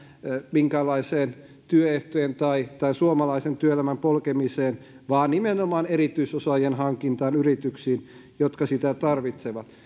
minkäänlaiseen työehtojen tai tai suomalaisen työelämän polkemiseen vaan nimenomaan erityisosaajien hankintaan yrityksiin jotka sitä tarvitsevat